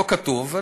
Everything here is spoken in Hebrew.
לא כתוב.